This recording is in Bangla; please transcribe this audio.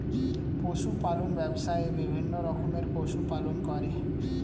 পশু পালন ব্যবসায়ে বিভিন্ন রকমের পশু পালন করে